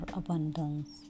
abundance